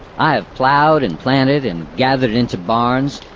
i have ploughed, and planted, and gathered into barns,